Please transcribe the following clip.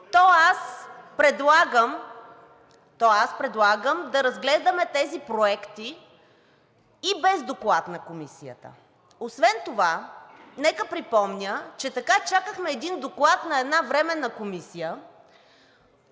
то аз предлагам да разгледаме тези проекти и без доклад на Комисията. Освен това нека припомня, че така чакахме един доклад на една Временна комисия